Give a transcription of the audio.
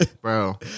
Bro